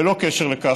בלא קשר לכך,